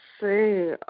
see